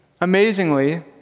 amazingly